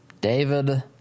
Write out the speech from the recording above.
David